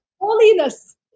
holiness